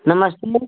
नमस्ते